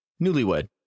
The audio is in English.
newlywed